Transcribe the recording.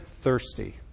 thirsty